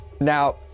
Now